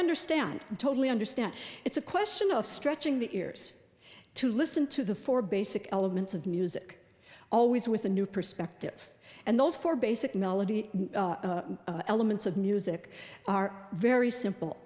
understand totally understand it's a question of stretching the ears to listen to the four basic elements of music always with a new perspective and those four basic melody elements of music are very simple